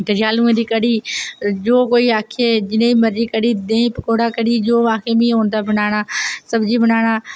ते आलुएं दी कढ़ी जो कोई आक्खै जनेही मर्जी कढ़ी देहीं पकौड़ा कढ़ी जो आक्खे मिगी औंदा बनाना सब्जी बनाना